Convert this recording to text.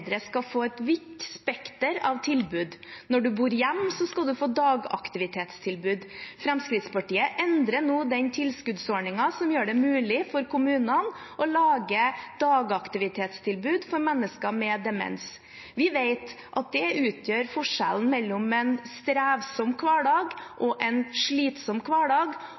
eldre skal få et vidt spekter av tilbud. Når man bor hjemme, skal man få dagaktivitetstilbud. Fremskrittspartiet endrer nå den tilskuddsordningen som gjør det mulig for kommunene å lage dagaktivitetstilbud for mennesker med demens. Vi vet at det utgjør forskjellen mellom en strevsom hverdag og